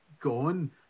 gone